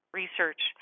research